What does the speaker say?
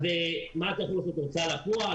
מה צריך לעשות, ללכת להוצאה לפועל?